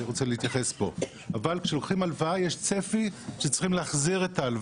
כאשר לוקחים הלוואה, יש צפי שצריך להחזיר אותה.